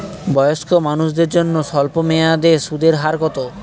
বয়স্ক মানুষদের জন্য স্বল্প মেয়াদে সুদের হার কত?